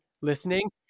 listening